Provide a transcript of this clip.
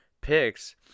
picks